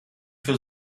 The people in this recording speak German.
für